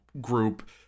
group